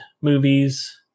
movies